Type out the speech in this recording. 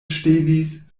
ŝtelis